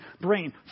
brain